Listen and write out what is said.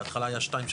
בהתחלה היה שתיים,